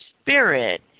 Spirit